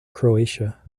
croatia